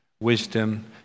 wisdom